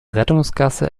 rettungsgasse